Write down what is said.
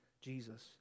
Jesus